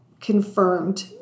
confirmed